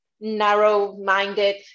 narrow-minded